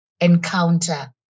encounter